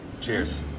Cheers